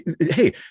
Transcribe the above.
hey